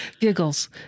giggles